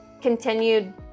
continued